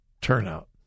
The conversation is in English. turnout